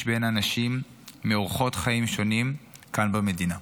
בין אנשים מאורחות חיים שונים כאן במדינה.